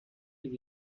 des